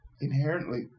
inherently